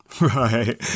Right